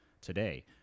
today